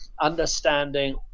understanding